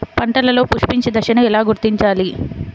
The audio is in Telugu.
పంటలలో పుష్పించే దశను ఎలా గుర్తించాలి?